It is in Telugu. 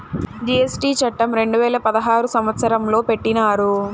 జీ.ఎస్.టీ చట్టం రెండు వేల పదహారు సంవత్సరంలో పెట్టినారు